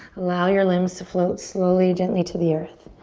allow your limbs to float slowly, gently to the earth.